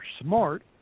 smart